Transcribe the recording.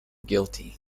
guilty